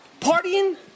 partying